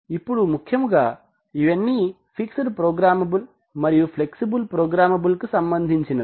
ఇప్పుడు ముఖ్యముగా ఇవన్నీ ఫిక్సెడ్ ప్రోగ్రామబుల్ మరియు ఫ్లెక్సిబుల్ ప్రోగ్రామబుల్ కి సంబంధించినవి